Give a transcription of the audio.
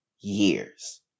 years